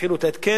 הפעילו את ההתקן,